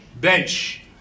bench